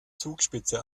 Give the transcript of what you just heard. zugspitze